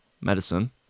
Medicine